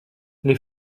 les